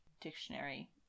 Dictionary